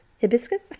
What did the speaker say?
Hibiscus